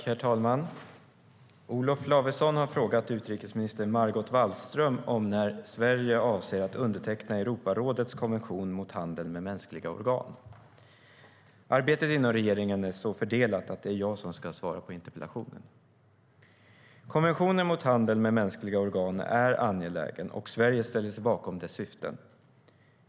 Herr talman! Olof Lavesson har frågat utrikesminister Margot Wallström om när Sverige avser att underteckna Europarådets konvention mot handel med mänskliga organ. Arbetet inom regeringen är så fördelat att det är jag som ska svara på interpellationen. Konventionen mot handel med mänskliga organ är angelägen, och Sverige ställer sig bakom dess syften.